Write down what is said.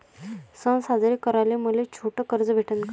सन साजरे कराले मले छोट कर्ज भेटन का?